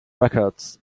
records